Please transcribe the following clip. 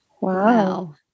wow